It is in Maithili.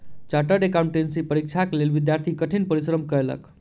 चार्टर्ड एकाउंटेंसी परीक्षाक लेल विद्यार्थी कठिन परिश्रम कएलक